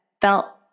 felt